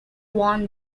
won